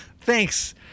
Thanks